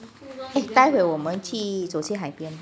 eh 待会我们去走去海边